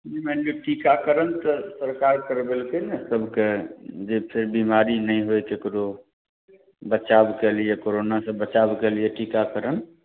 मानि लिऔ टीकाकरण तऽ सरकार करबेलकै ने सबके जाहिसँ बीमारी नहि होइ ककरो बचाओके लिये कोरोनासँ बचाओके लिये टीकाकरण